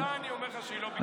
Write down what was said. אני אומר לך שהיא לא ביקשה.